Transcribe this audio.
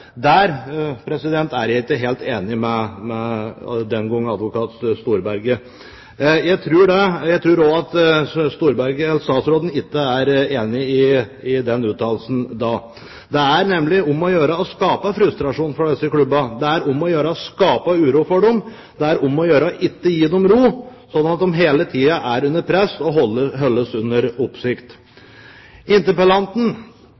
Der er jeg ikke helt enig med den gang advokat Storberget. Jeg tror heller ikke at statsråd Storberget er enig i den uttalelsen. Det er nemlig om å gjøre å skape frustrasjon for disse klubbene, det er om å gjøre å skape uro for dem, det er om å gjøre ikke å gi dem ro, så de hele tiden er under press og holdes under